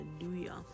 hallelujah